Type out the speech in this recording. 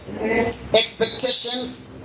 Expectations